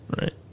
Right